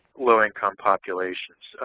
low income populations.